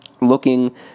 looking